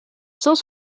cent